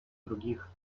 других